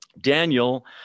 Daniel